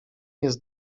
jest